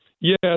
Yes